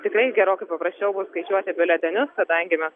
tikrai gerokai paprasčiau bus skaičiuoti biuletenius kadangi mes